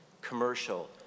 commercial